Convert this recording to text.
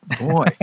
Boy